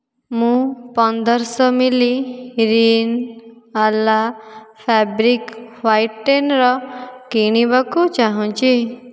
ମୁଁ ପନ୍ଦରଶହ milli Rin Ala fabric whitener କିଣିବାକୁ ଚାହୁଁଛି